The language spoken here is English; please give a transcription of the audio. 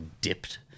dipped